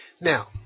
Now